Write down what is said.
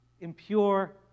impure